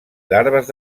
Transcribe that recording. larves